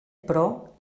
però